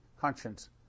conscience